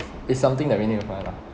it's something that we need to find lah